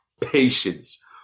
Patience